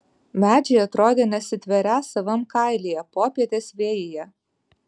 medžiai atrodė nesitverią savam kailyje popietės vėjyje